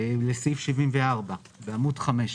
לסעיף 74, בעמוד 5 אצלכם.